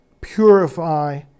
purify